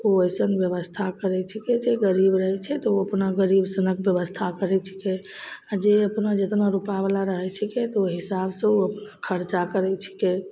ओ अइसन बेबस्था करै छिकै जे गरीब रहै छै तऽ ओ अपना गरीबसनके बेबस्था करै छिकै आओर जे अपना जतना रुपावला रहै छिकै तऽ ओहि हिसाबसे ओ खरचा करै छिकै